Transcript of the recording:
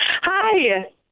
Hi